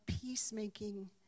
peacemaking